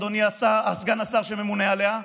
אדוני סגן השר שממונה עליה?